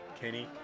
Kenny